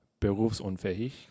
berufsunfähig